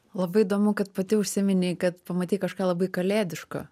labai įdomu kad pati užsiminei kad pamatei kažką labai kalėdiško